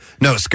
No